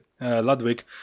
Ludwig